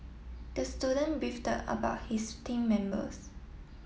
the student beefed about his team members